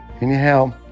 Anyhow